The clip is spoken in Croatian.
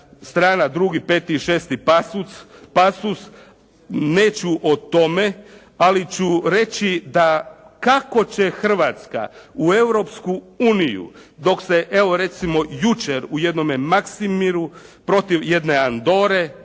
strana 2., 5. i 6. pasus, neću o tome ali ću reći da kako će Hrvatska u Europsku uniju dok se evo recimo jučer u jednome Maksimiru protiv jedne Andore